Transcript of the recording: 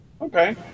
Okay